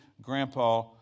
Grandpa